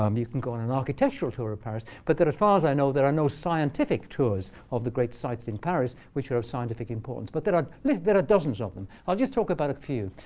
um you can go on an architectural tour of paris. but as far as i know, there are no scientific tours of the great sights in paris, which are of scientific importance. but there are like there are dozens of them. i'll just talk about a few.